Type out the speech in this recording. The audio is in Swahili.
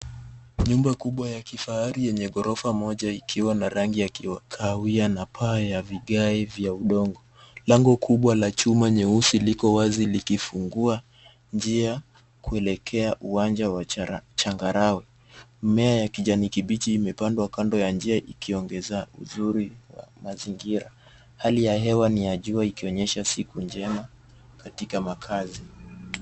Nyumba kubwa ya kifahari yenye ghorofa moja ikiwa na rangi ya kahawia na paa ya vigae vya udongo. Lango kubwa la chuma nyeusi liko wazi likifungua njia kuelekea uwanja wa changarawe. Mmea ya kijani kibichi imepandwa kando ya njia ikiongeza uzuri wa mazingira. Hali ya hewa ni ya jua ikionyesha siku njema katika makazi.